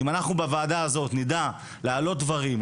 אם אנחנו בוועדה הזו נדע להעלות דברים,